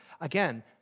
again